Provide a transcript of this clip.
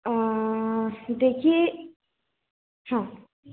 देखिए हाँ